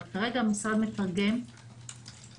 אבל כרגע המשרד מתרגם לאנגלית,